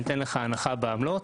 ייתנו לך הנחה בעמלות,